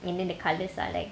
and then the colours are like